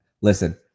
listen